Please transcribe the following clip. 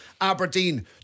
Aberdeen